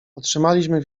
otrzymaliśmy